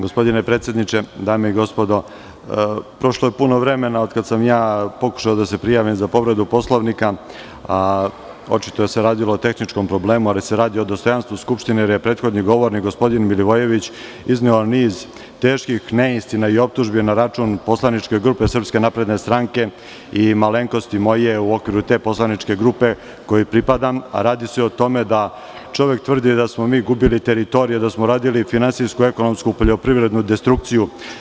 Gospodine predsedniče, dame i gospodo, prošlo je puno vremena od kada sam ja pokušao da se prijavim za povredu Poslovnika, očito se radilo o tehničkom problemu, ali se radi o dostojanstvu Skupštine, jer je prethodni govornik, gospodin Milivojević, izneo niz teških neistina i optužbi na račun poslaničke grupe SNS i moje malenkosti u okviru te poslaničke grupe kojoj pripadam, a radi se o tome da čovek tvrdi da smo mi gubili teritorije, da smo radili finansijsku, ekonomsku, poljoprivrednu destrukciju.